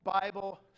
Bible